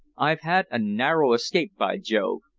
i've had a narrow escape by jove!